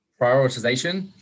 prioritization